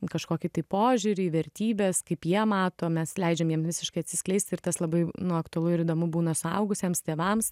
kažkokį tai požiūrį į vertybes kaip jie mato mes leidžiam jiem visiškai atsiskleisti ir tas labai nu aktualu ir įdomu būna suaugusiems tėvams